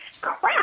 crap